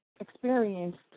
experienced